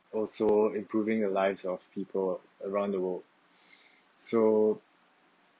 also improving the lives of people around the world so